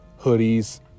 hoodies